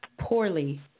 poorly